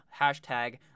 hashtag